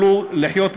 גם לחיות בכבוד.